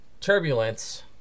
turbulence